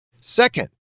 Second